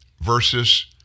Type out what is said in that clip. versus